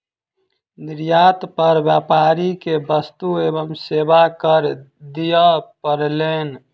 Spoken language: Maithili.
निर्यात पर व्यापारी के वस्तु एवं सेवा कर दिअ पड़लैन